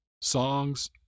Songs